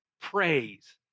praise